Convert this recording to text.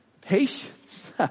patience